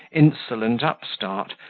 insolent upstart,